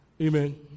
Amen